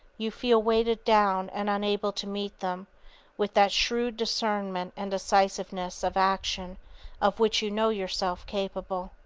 you feel weighted down and unable to meet them with that shrewd discernment and decisiveness of action of which you know yourself capable.